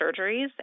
surgeries